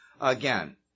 again